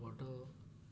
photo